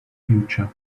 future